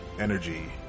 energy